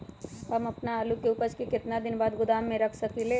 हम अपन आलू के ऊपज के केतना दिन बाद गोदाम में रख सकींले?